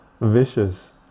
vicious